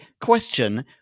question